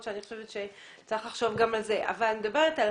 שאני חושבת שצריך לחשוב גם על זה אבל אני מדברת על